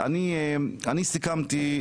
אני סיכמתי,